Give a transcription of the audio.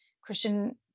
Christian